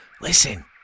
Listen